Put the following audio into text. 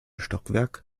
stockwerk